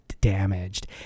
damaged